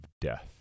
death